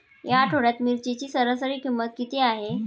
या आठवड्यात मिरचीची सरासरी किंमत किती आहे?